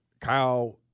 Kyle